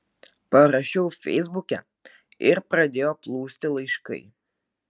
parašiau feisbuke ir pradėjo plūsti laiškai